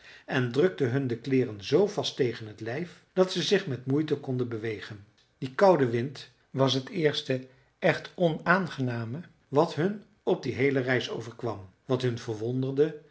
en drukte hun de kleeren z vast tegen het lijf dat ze zich met moeite konden bewegen die koude wind was het eerste echt onaangename wat hun op die heele reis overkwam wat hun verwonderde